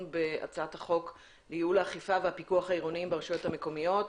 ובהצעת חוק לייעול האכיפה והפיקוח העירוניים ברשויות המקומיות,